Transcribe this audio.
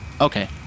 Okay